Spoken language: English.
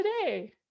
today